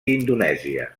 indonèsia